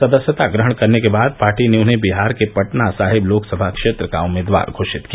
सदस्यता ग्रहण करने के बाद पार्टी ने उन्हें बिहार के पटना साहिब लोकसभा क्षेत्र का उम्मीदवार घोशित किया